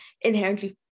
inherently